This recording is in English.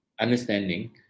understanding